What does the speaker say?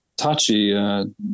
Tachi